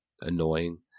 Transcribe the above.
annoying